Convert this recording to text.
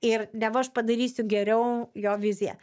ir neva aš padarysiu geriau jo viziją